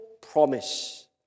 promise